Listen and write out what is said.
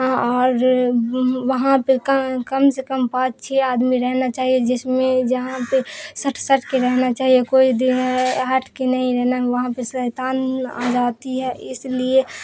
اور وہاں پہ کم سے کم پانچ چھ آدمی رہنا چاہیے جس میں جہاں پہ سٹ سٹ کے رہنا چاہیے کوئی جو ہے ہٹ کے نہیں رہنا وہاں پہ شیطان آ جاتی ہے اس لیے